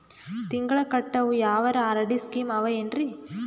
ತಿಂಗಳ ಕಟ್ಟವು ಯಾವರ ಆರ್.ಡಿ ಸ್ಕೀಮ ಆವ ಏನ್ರಿ?